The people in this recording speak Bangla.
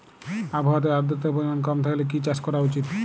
আবহাওয়াতে আদ্রতার পরিমাণ কম থাকলে কি চাষ করা উচিৎ?